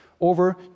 over